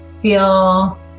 feel